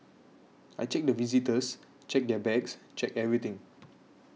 I check the visitors check their bags check everything